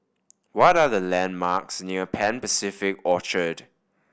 what are the landmarks near Pan Pacific Orchard